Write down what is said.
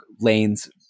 lanes